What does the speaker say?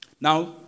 Now